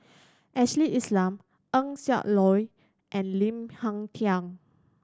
Ashley Isham Eng Siak Loy and Lim Hng Kiang